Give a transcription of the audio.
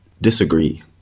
disagree